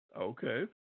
Okay